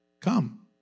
Come